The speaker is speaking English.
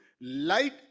Light